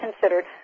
considered